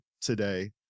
today